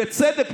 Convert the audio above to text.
בצדק,